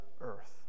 earth